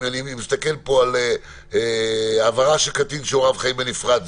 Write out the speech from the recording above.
אני מסתכל על העברה של קטין שהוריו חיים בנפרד,